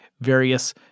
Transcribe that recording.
various